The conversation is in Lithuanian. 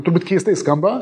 turbūt keistai skamba